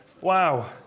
Wow